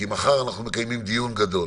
כי מחר נקיים דיון גדול.